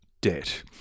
debt